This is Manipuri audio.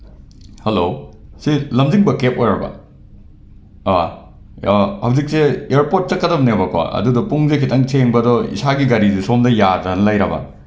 ꯍꯜꯂꯣ ꯁꯤ ꯂꯝꯖꯤꯡ ꯀꯦꯕ ꯑꯣꯏꯔꯕ ꯑꯥ ꯍꯧꯖꯤꯛꯁꯦ ꯏꯌꯥꯔꯄꯣꯔꯠ ꯆꯠꯀꯗꯝꯅꯦꯕꯀꯣ ꯑꯗꯨꯗꯣ ꯄꯨꯡꯁꯦ ꯈꯤꯇꯪ ꯊꯦꯡꯕꯗꯣ ꯏꯁꯥꯒꯤ ꯒꯥꯔꯤꯁꯨ ꯁꯣꯝꯗ ꯌꯥꯗꯗꯅ ꯂꯩꯔꯕ